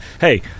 hey